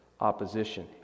opposition